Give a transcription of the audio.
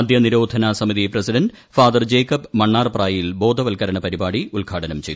മദ്യനിരോധന സമിതി president father Jacob Mannarprayil ബോധവത്ക്കരണ പരിപാടി ഉദ്ഘാടനം ചെയ്തു